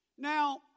Now